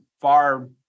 far